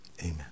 amen